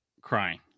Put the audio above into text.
crying